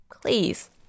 Please